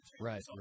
right